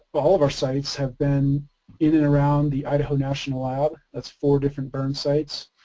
but all of our sites have been in and around the idaho national lab, that's four different burn sites.